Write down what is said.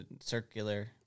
circular